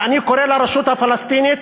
ואני קורא לרשות הפלסטינית,